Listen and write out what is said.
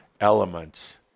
elements